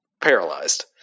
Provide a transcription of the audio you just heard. paralyzed